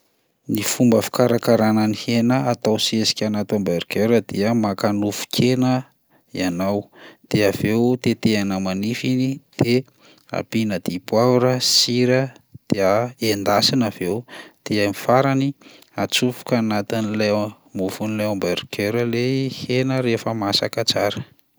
Ny fomba fikarakarana ny hena atao sesika anaty hamburgers dia: maka nofon-kena ianao, de avy eo tetehana manify iny de ampiana dipoavra sy sira dia endasina avy eo, dia ny farany atsofoka anatin'ilay mofon'ilay hamburgers lay hena rehefa masaka tsara.